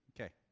Okay